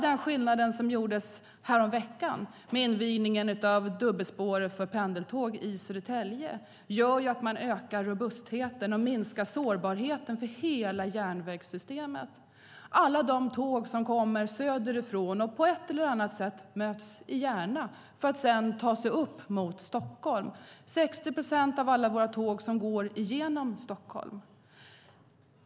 Men häromveckan invigdes dubbelspåren för pendeltåg i Södertälje, vilka ökar robustheten och minskar sårbarheten för hela järnvägssystemet. Alla de tåg som kommer söderifrån och på ett eller annat sätt möts i Järna för att sedan ta sig upp mot Stockholm utgör 60 procent av de tåg som går igenom Stockholm.